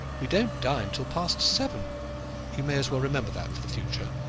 we don't dine till past seven you may as well remember that for the future.